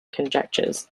conjectures